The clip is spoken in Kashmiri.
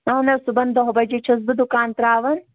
اہَن حظ صُبحن دہ بَجے چھَس بہٕ دُکان ترٛاوان